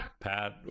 Pat